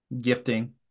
gifting